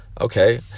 okay